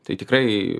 tai tikrai